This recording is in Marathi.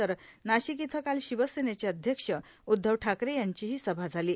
तर नाशिक इथं काल शिवसेनेचे अध्यक्ष उद्धव ठाकरे यांची सभे झालो